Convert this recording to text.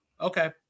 Okay